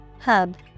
Hub